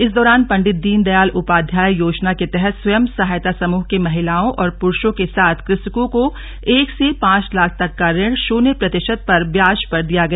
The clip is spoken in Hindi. इस दौरान पंडित दीनदयाल उपाध्याय योजना के तहत स्वयं सहायता समूह के महिलाओं और पुरुषों के साथ कृषक को एक से पांच लाख तक का ऋण शून्य प्रतिशत पर ब्याज पर दिया गया